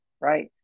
right